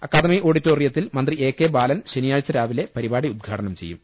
academy ഓഡി റ്റോറിയത്തിൽ മന്ത്രി എ കെ ബാലൻ ശനിയാഴ്ച രാവിലെ പരിപാടി ഉദ്ഘാടനം ചെയ്യും